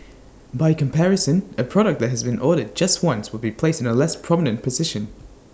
by comparison A product that has been ordered just once would be placed in A less prominent position